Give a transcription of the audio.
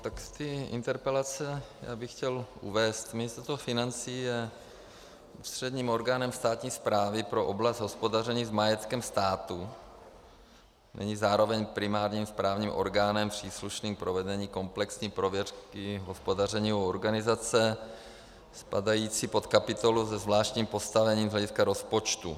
Tak k té interpelaci bych chtěl uvést: Ministerstvo financí je ústředním orgánem státní správy pro oblast hospodaření s majetkem státu, není zároveň primárním správním orgánem příslušným k provedení komplexní prověrky hospodaření u organizace spadající pod kapitolu se zvláštním postavením z hlediska rozpočtu.